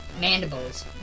mandibles